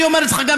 אני אומר גם לך,